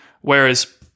whereas